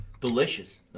Delicious